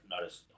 noticed